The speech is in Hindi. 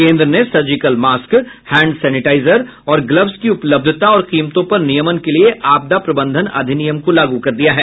केन्द्र ने सर्जिकल मास्क हैण्ड सैनिटाइजर और ग्लव्स की उपलब्धता और कीमतों पर नियमन के लिए आपदा प्रबंधन अधिनियम को लागू किया है